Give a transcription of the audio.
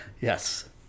Yes